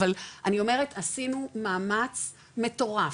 אבל אני אומרת עשינו מאמץ מטורף,